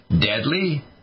deadly